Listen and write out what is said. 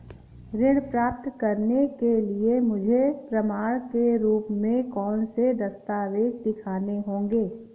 ऋण प्राप्त करने के लिए मुझे प्रमाण के रूप में कौन से दस्तावेज़ दिखाने होंगे?